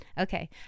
Okay